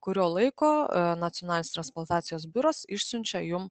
kurio laiko nacionalinis transplantacijos biuras išsiunčiau jum